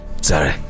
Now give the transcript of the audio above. Sorry